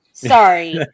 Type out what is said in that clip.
sorry